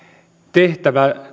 tehtävä